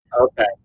Okay